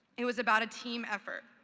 it was about a team effort.